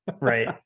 Right